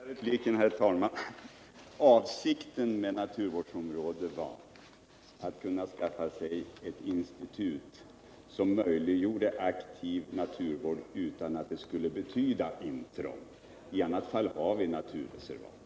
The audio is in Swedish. Herr talman! En sista replik! Avsikten med naturvårdsområde var att skaffa ett institut som möjliggjorde aktiv naturvård utan att det skulle betyda intrång. I annat fall har vi naturreservat.